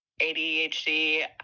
ADHD